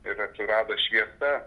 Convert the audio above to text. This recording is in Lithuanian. ir atsirado šviesa